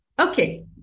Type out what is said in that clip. Okay